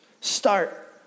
start